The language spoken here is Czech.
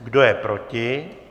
Kdo je proti?